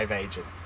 agent